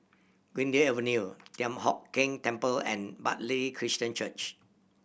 Greendale Avenue Thian Hock Keng Temple and Bartley Christian Church